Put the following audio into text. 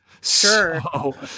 Sure